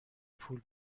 پول